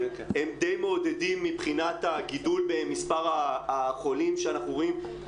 הם דיי מעודדים מבחינת הגידול במספר החולים שאנחנו רואים.